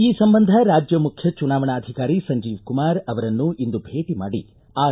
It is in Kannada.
ಈ ಸಂಬಂಧ ರಾಜ್ಯ ಮುಖ್ಯ ಚುನಾವಣಾಧಿಕಾರಿ ಸಂಜೀವ್ ಕುಮಾರ್ ಅವರನ್ನು ಭೇಟಿ ಮಾಡಿ ಆರ್